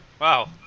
Wow